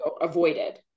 avoided